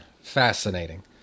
fascinating